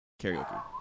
karaoke